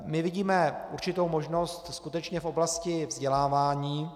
My vidíme určitou možnost skutečně v oblasti vzdělávání.